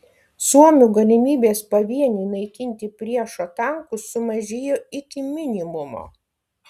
suomių galimybės pavieniui naikinti priešo tankus sumažėjo iki minimumo